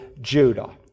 Judah